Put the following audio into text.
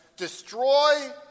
Destroy